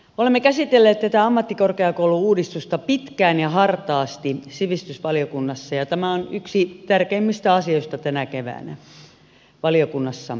olemme käsitelleet tätä ammattikorkeakoulu uudistusta pitkään ja hartaasti sivistysvaliokunnassa ja tämä on yksi tärkeimmistä asioista tänä keväänä valiokunnassamme